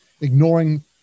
ignoring